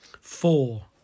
Four